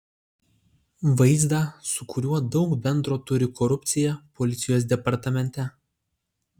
vaizdą su kuriuo daug bendro turi korupcija policijos departamente